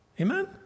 Amen